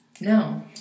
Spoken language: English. no